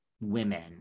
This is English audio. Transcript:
women